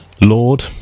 Lord